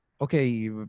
okay